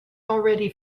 already